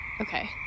Okay